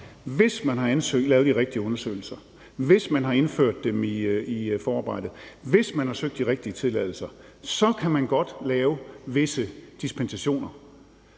hvis man har lavet de rigtige undersøgelser, hvis man har indført dem i forarbejdet, hvis man har søgt de rigtige tilladelser, så kan man godt lave visse dispensationer.